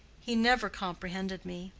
he never comprehended me,